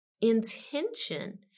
intention